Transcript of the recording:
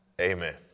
Amen